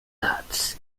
hat